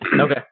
Okay